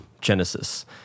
Genesis